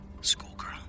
Schoolgirl